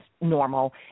normal